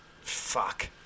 Fuck